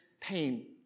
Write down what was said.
pain